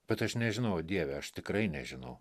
bet aš nežinau o dieve aš tikrai nežinau